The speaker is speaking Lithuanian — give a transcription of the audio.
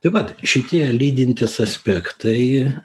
tai vat šitie lydintys aspektai